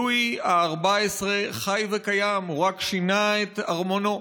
לואי ה-14 חי וקיים, הוא רק שינה את ארמונו: